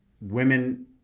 women